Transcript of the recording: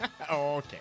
Okay